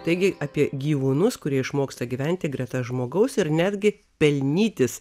taigi apie gyvūnus kurie išmoksta gyventi greta žmogaus ir netgi pelnytis